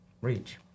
reach